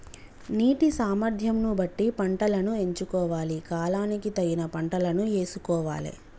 నీటి సామర్థ్యం ను బట్టి పంటలను ఎంచుకోవాలి, కాలానికి తగిన పంటలను యేసుకోవాలె